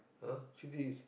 ah city